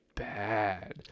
Bad